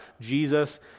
Jesus